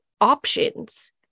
options